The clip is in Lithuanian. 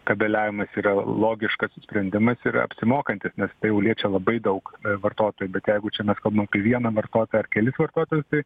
kabeliavimas yra logiškas sprendimas ir apsimokantis nes tai jau liečia labai daug vartotojų bet jeigu čia mes kalbam apie vieną vartotoją ar kelis vartotojus tai